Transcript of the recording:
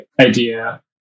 idea